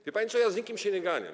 Wie pani co, ja z nikim się nie ganiam.